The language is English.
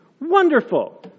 Wonderful